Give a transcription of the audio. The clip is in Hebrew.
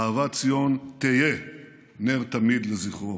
אהבת ציון תהא נר תמיד לזכרו.